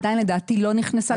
עדיין לדעתי לא נכנסה.